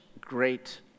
great